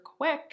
quick